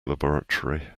laboratory